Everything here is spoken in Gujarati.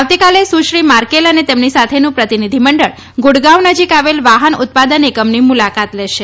આવતીકાલ સુશ્રી માર્કેલ અને તેમની સાથેનું પ્રતિનિધિમંડળ ગુડગાવ નજીક આવેલ વાહન ઉત્પાદન એકમની મુલાકાત લેશે